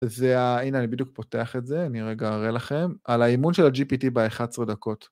זה ה... הנה, אני בדיוק פותח את זה, אני רגע אראה לכם. על האימון של ה-GPT ב-11 דקות.